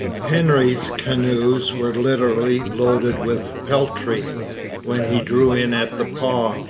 hendry's canoes were literally loaded with peltry when he drew in at the pas.